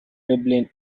dublin